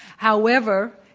however,